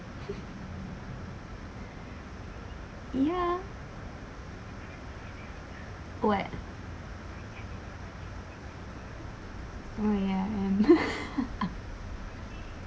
ya what oh ya I am